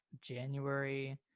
January